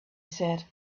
said